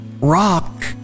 Rock